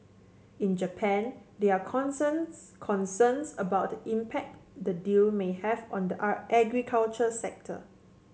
in Japan there are concerns concerns about the impact the deal may have on the agriculture sector